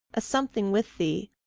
a something with thee,